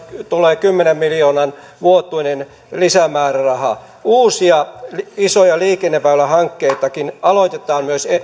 tulee kymmenen miljoonan vuotuinen lisämääräraha uusia isoja liikenneväylähankkeitakin aloitetaan myös